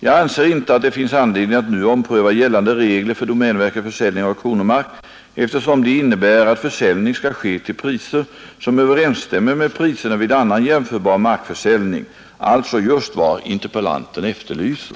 Jag anser inte att det finns anledning att nu ompröva gällande regler för domänverkets försäljning av kronomark, eftersom de innebär att försäljning skall ske till priser som överensstämmer med priserna vid annan jämförbar markförsäljning, alltså just vad interpellanten efterlyser.